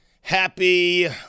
Happy